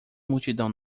multidão